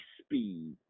speed